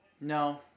No